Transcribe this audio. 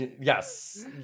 yes